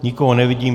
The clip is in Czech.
Nikoho nevidím.